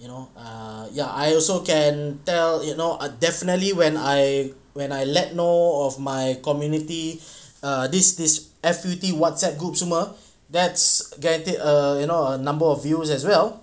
you know err ya I also can tell it you know ah definitely when I when I let know of my community err this this affinity whatsapp group semua that's guaranteed a you know a number of views as well